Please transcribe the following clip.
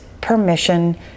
permission